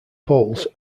poles